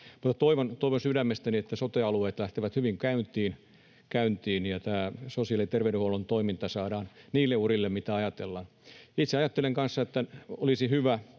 toivon sydämestäni, että sote-alueet lähtevät hyvin käyntiin ja tämä sosiaali‑ ja terveydenhuollon toiminta saadaan niille urille, mitä ajatellaan. Itse ajattelen kanssa, että olisi hyvä,